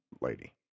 lady